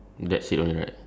wait yours